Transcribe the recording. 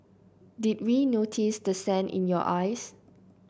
did we notice the sand in your eyes